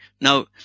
Now